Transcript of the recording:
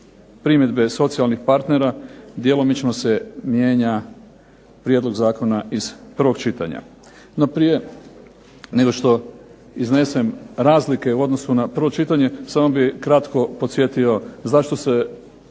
primjedbe socijalnih partnera djelomično se mijenja prijedlog zakona iz prvog čitanja. No prije nego što iznesem razlike u odnosu na prvo čitanje, samo bih kratko podsjetio zašto se